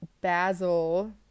Basil